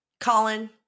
Colin